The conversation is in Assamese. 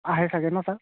আহে চাগে নহ্ ছাৰ